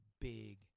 big